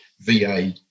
VA